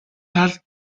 талд